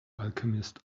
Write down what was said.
alchemist